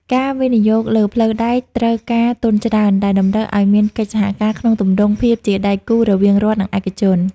ការវិនិយោគលើផ្លូវដែកត្រូវការទុនច្រើន ដែលតម្រូវឱ្យមានកិច្ចសហការក្នុងទម្រង់ភាពជាដៃគូរវាងរដ្ឋ និងឯកជន។